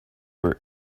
were